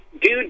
dude